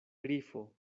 grifo